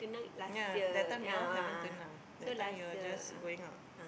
ya that time you all haven't tunang that time you all just going out